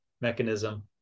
mechanism